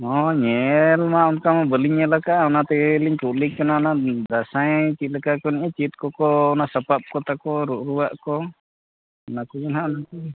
ᱦᱳᱭ ᱧᱮᱞᱢᱟ ᱚᱱᱠᱟᱢᱟ ᱵᱟᱹᱞᱤᱧ ᱧᱮᱞ ᱟᱠᱟᱜᱼᱟ ᱚᱱᱟᱛᱮᱧ ᱠᱩᱞᱤ ᱠᱟᱱᱟ ᱫᱟᱸᱥᱟᱭ ᱪᱮᱫ ᱞᱮᱠᱟ ᱠᱚ ᱮᱱᱮᱡᱟ ᱪᱮᱫ ᱠᱚᱠᱚ ᱚᱱᱟ ᱥᱟᱯᱟᱯ ᱠᱚ ᱛᱟᱠᱚ ᱨᱩᱻ ᱨᱩᱻᱣᱟᱜ ᱠᱚ ᱚᱱᱟ ᱠᱚᱜᱮ ᱱᱟᱦᱟᱜ ᱟᱹᱞᱤᱧ ᱫᱚ